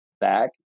back